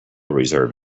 reserve